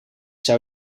zou